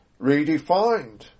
redefined